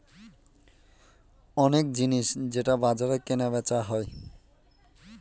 অনেক জিনিস যেটা বাজারে কেনা বেচা হয়